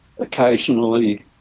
occasionally